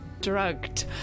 drugged